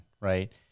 right